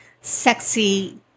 sexy